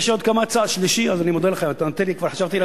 אני מודה לך, כבר חשבתי להפסיק.